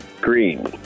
Green